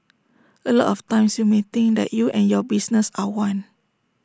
A lot of times you may think that you and your business are one